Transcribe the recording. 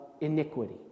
iniquity